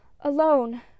alone